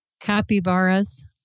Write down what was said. Capybaras